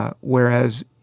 Whereas